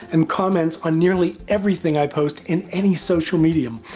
and comments on nearly everything i post in any social medium!